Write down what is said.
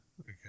Okay